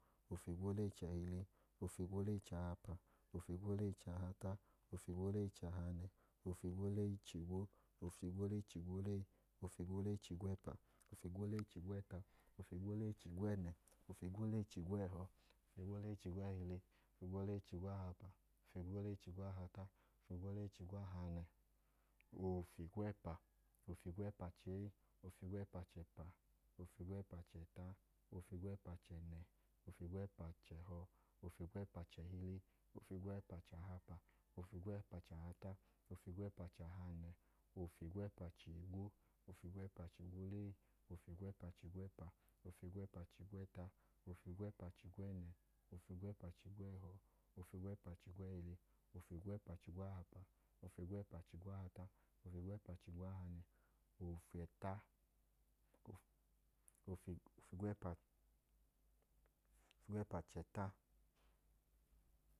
Ofigwolee-chẹhili, ofigwolee-chahapa, ofigwolee-chahata, ofigwolee-chahanẹ, ofigwolee-chigwo, ofigwolee-chigwolee, ofigwolee-chigwẹpa, ofigwolee-chigwẹta, ofigwolee-chigwẹnẹ, ofigwolee-chigwẹhọ, ofigwolee-chigwẹhili, ofigwolee-chigwahapa, ofigwolee-chigwahata, ofigwolee-chigwahanẹ, ofigwẹpa, ofigwẹpa-chee, ofigwẹpa-chẹpa, ofigwẹpa-chẹta, ofigwẹpa-chẹnẹ, ofigwẹpa-chẹhọ, ofigwẹpa-chẹhili, ofigwẹpa-chahapa, ofigwẹpa-chahata, ofigwẹpa-chahanẹ, ofigwẹpa-chigwo, ofigwẹpa-chigwolee, ofigwẹpa-chigwẹpa, ofigwẹpa-chigwẹta, ofigwẹpa-chigwẹnẹ, ofigwẹpa-chigwẹhọ, ofigwẹpa-chigwẹhili, ofigwẹpa-chigwahapa, ofigwẹpa-chigwahata, ofigwẹpa-chigwahanẹ, ofẹta, ofigwẹpa-chẹta